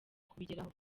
kubigeraho